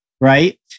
right